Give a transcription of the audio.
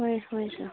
ꯍꯣꯏ ꯍꯣꯏ ꯆꯣ